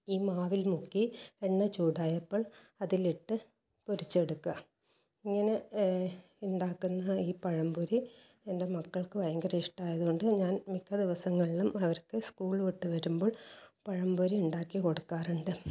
ഈ മാവിൽ മുക്കി എണ്ണ ചൂടായപ്പോൾ അതിലിട്ട് പൊരിച്ചെടുക്കുക ഇങ്ങനെ ഉണ്ടാക്കുന്ന ഈ പഴംപൊരി എൻ്റെ മക്കൾക്ക് ഭയങ്കര ഇഷ്ടമായതുകൊണ്ട് ഞാൻ മിക്ക ദിവസങ്ങളിലും അവർക്ക് സ്കൂൾ വിട്ട് വരുമ്പോൾ പഴംപൊരി ഉണ്ടാക്കി കൊടുക്കാറുണ്ട്